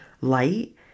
light